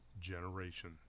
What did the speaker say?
generation